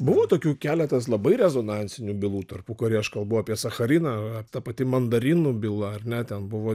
buvo tokių keletas labai rezonansinių bylų tarpukary aš kalbu apie sachariną ta pati mandarinų byla ar ne ten buvo